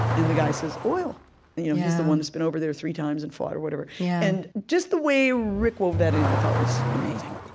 and the guy says, oil. and you know he's the one that's been over there three times and fought or whatever. and just the way rick wove that in, i thought, was amazing